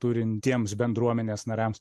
turintiems bendruomenės nariams